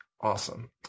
awesome